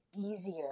easier